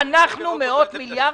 נותנים פה מאות מיליארדים.